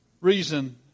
reason